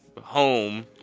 home